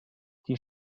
die